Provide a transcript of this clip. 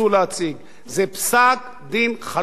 זה פסק-דין חלוט של בג"ץ,